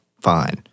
fine